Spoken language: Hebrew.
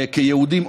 כיהודים,